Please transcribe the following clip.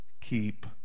keep